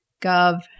Gov